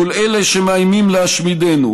מול אלה שמאיימים להשמידנו